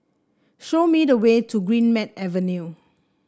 show me the way to Greenmead Avenue